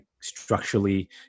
structurally